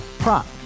Prop